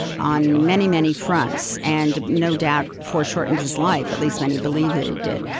on many, many fronts and, no doubt, foreshortened his life, at least many believe that it did.